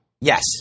Yes